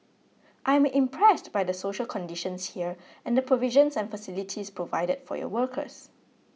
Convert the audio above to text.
I am impressed by the social conditions here and the provisions and facilities provided for your workers